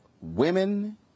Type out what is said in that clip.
women